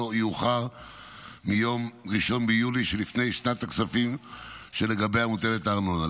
יאוחר מיום 1 ביולי שלפני שנת הכספים שלגביה מוטלת הארנונה.